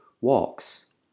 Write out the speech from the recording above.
walks